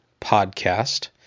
Podcast